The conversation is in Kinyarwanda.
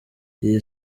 iyi